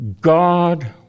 God